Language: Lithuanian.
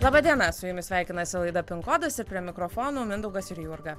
laba diena su jumis sveikinasi laida pin kodas ir prie mikrofono mindaugas ir jurga